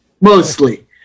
mostly